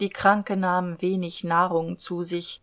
die kranke nahm wenig nahrung zu sich